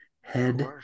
head